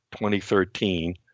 2013